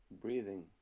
breathing